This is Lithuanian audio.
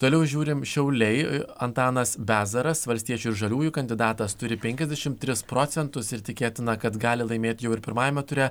toliau žiūrim šiauliai antanas bezaras valstiečių ir žaliųjų kandidatas turi penkiasdešimt tris procentus ir tikėtina kad gali laimėti jau ir pirmajame ture